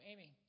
Amy